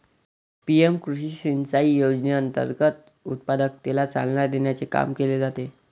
PM कृषी सिंचाई योजनेअंतर्गत उत्पादकतेला चालना देण्याचे काम केले जाते